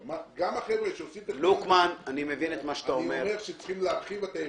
אני אומר שצריך להרחיב.